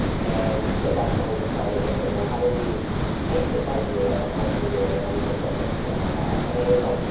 and so that's when we decided, ok, well, how do we take this idea of art every day and really start to expand that out? and it was, like,